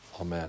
Amen